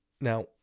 Now